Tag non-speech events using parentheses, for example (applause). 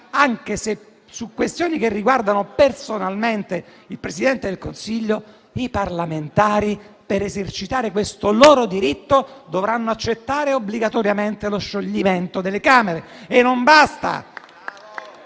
anche se su questioni che riguardano personalmente il Presidente del Consiglio, i parlamentari, per esercitare questo loro diritto, dovranno accettare obbligatoriamente lo scioglimento delle Camere. (applause)